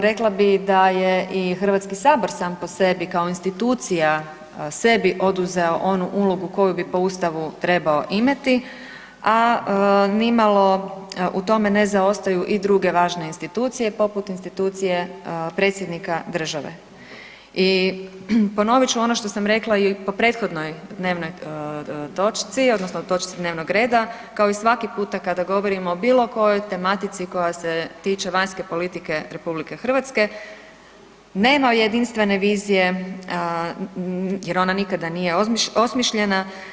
Rekla bih da je i HS sam po sebi, kao institucija sebi oduzeo onu ulogu koju bi po Ustavu trebao imati, a nimalo u tome ne zaostaju i druge važne institucije, poput institucije predsjednika države i ponovit ću ono što sam rekla i po prethodnoj dnevnoj točci, odnosno točci dnevnog reda, kao i svaki puta kada govorimo o bilo kojoj tematici koja se tiče vanjske politike RH, nema jedinstvene vizije jer ona nikada nije osmišljena.